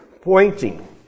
pointing